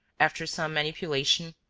after some manipulation,